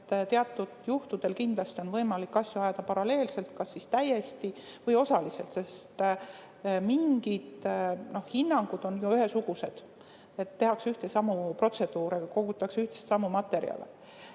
Teatud juhtudel on kindlasti võimalik asju ajada paralleelselt, kas täiesti või osaliselt, sest mingid hinnangud on ühesugused, tehakse ühtesid ja samu protseduure, kogutakse ühtesid ja samu materjale.